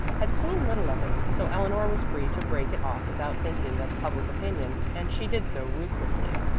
had seen little of it, so eleanor was free to break it off without thinking of public opinion, and she did so ruthlessly.